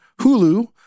Hulu